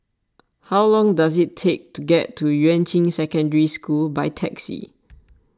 how long does it take to get to Yuan Ching Secondary School by taxi